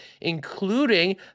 including